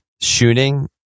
shooting